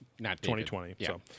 2020